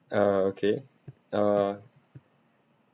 uh okay uh